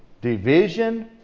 Division